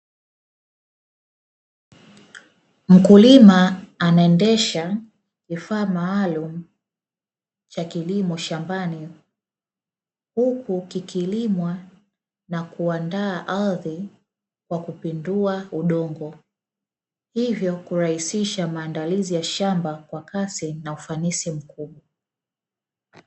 Mkulima anaendesha kifaa maalumu cha kilimo shambani, huku kikilimwa na kuandaa ardhi kwa kupindua udongo; hivyo kurahisisha maandalizi ya shamba kwa kasi na ufanisi mkubwa.